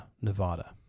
Nevada